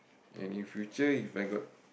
and in future If I got